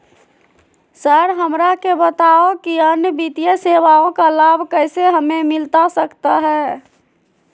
Sir हमरा के बताओ कि अन्य वित्तीय सेवाओं का लाभ कैसे हमें मिलता सकता है?